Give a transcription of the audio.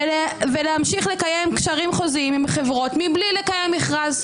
ולהמשיך לקיים קשרים חוזיים עם חברות בלי לקיים מכרז.